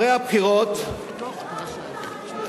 הבא בתור.